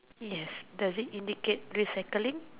yes does it indicate recycling